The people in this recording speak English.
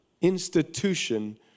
institution